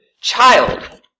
child